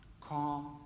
calm